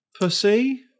pussy